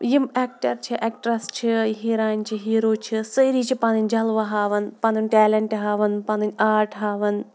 یِم اٮ۪کٹَر چھِ اٮ۪کٹَرٛس چھِ ہیٖرانہِ چھِ ہیٖرو چھِ سٲری چھِ پَنٕںۍ جَلوٕ ہاوان پَنُن ٹیلٮ۪نٛٹ ہاوان پَنٕںۍ آٹ ہاوان